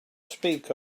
speak